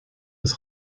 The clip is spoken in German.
ist